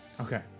Okay